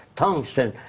tungsten.